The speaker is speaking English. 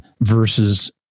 versus